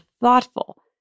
thoughtful